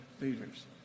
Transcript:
leaders